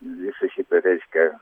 visą šitą reiškia